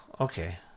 okay